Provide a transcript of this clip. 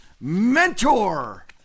mentor